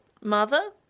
Mother